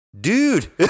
Dude